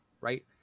Right